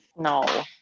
No